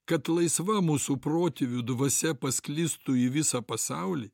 kad laisva mūsų protėvių dvasia pasklistų į visą pasaulį